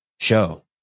show